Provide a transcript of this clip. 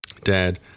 dad